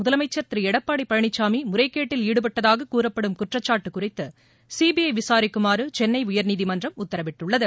முதலமைச்சர் திரு எடப்பாடி பழனிசாமி முறைகேட்டில் ஈடுபட்டதாக கூறப்படும் குற்றச்சாட்டு குறித்து சீபிஐ விசாரிக்குமாறு சென்னை உயர்நீதிமன்றம் உத்தரவிட்டுள்ளது